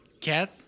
Kath